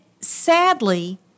sadly